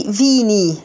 vini